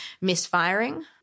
misfiring